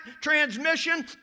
transmission